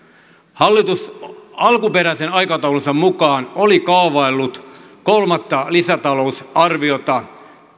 hallitus alkuperäisen aikataulunsa mukaan oli kaavaillut kolmatta lisätalousarviota